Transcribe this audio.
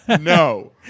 no